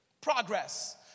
progress